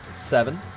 seven